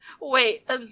Wait